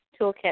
toolkit